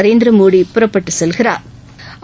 நரேந்திர மோடி புறப்பட்டுச் செல்கிறாா்